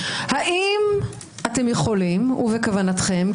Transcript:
האם אתם יכולים ובכוונתכם,